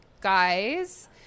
guys